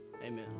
Amen